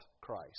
Christ